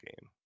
game